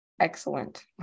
excellent